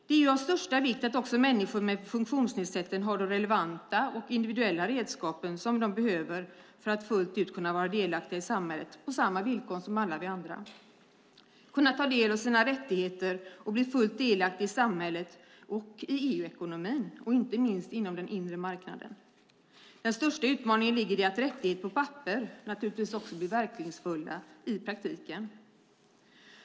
Det är ju av största vikt att också människor med funktionsnedsättning har de relevanta och individuella redskap som de behöver för att fullt ut kunna vara delaktiga i samhället på samma villkor som alla vi andra, att kunna ta del av sina rättigheter och bli fullt delaktiga i samhället och i EU-ekonomin, inte minst inom den inre marknaden. Den största utmaningen ligger naturligtvis i att rättigheter på papper också blir verkningsfulla i praktiken.